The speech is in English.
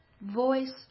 voice